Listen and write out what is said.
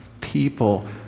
people